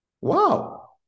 Wow